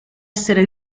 essere